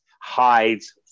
hides